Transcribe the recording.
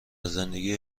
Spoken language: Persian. زندگی